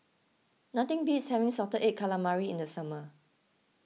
nothing beats having Salted Egg Calamari in the summer